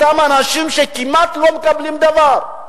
אותם אנשים שכמעט לא מקבלים דבר,